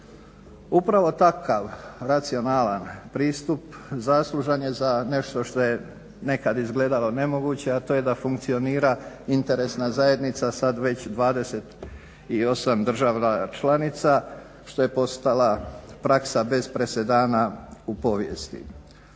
Upravo takav racionalan pristup zaslužan je za nešto što je nekad izgledalo nemoguće, a to je da funkcionira interesna zajednica sad već 28 država članica što je postala praksa bez presedana u povijesti.